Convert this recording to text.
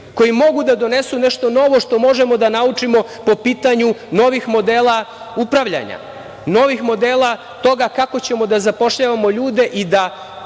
koji mogu da donesu nešto novo što možemo da naučimo po pitanju novih modela upravljanja, novih modela toga kako ćemo da zapošljavamo ljude. Na